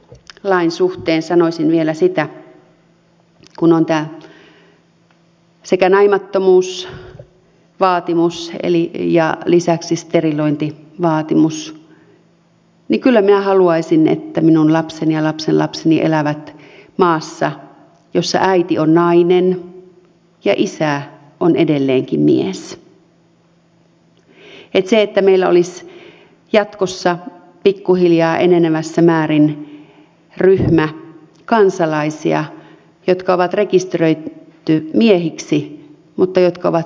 translain suhteen sanoisin vielä kun on sekä tämä naimattomuusvaatimus että lisäksi sterilointivaatimus että kyllä minä haluaisin että minun lapseni ja lapsenlapseni elävät maassa jossa äiti on nainen ja isä on edelleenkin mies eikä niin että meillä olisi jatkossa pikkuhiljaa enenevässä määrin ryhmä kansalaisia jotka on rekisteröity miehiksi mutta jotka ovat synnyttämässä